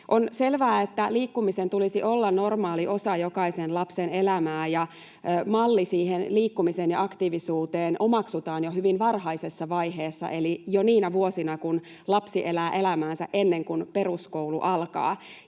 On selvää, että liikkumisen tulisi olla normaali osa jokaisen lapsen elämää. Malli liikkumiseen ja aktiivisuuteen omaksutaan jo hyvin varhaisessa vaiheessa, eli jo niinä vuosina, kun lapsi elää elämäänsä ennen kuin peruskoulu alkaa.